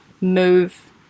move